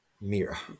Mira